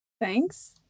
Thanks